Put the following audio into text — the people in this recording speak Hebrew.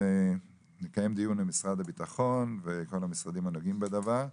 נקיים דיון עם משרד הביטחון וכל המשרדים הנוגעים בדבר,